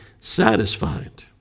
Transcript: satisfied